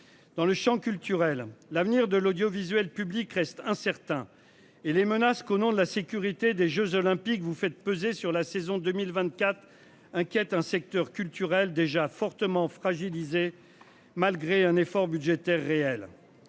Dans le Champ culturel, l'avenir de l'audiovisuel public reste incertain et les menaces qu'au nom de la sécurité des Jeux Olympiques vous faites peser sur la saison 2024 inquiète un secteur culturel déjà fortement fragilisé. Malgré un effort budgétaire réel.